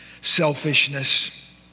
selfishness